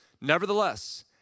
Nevertheless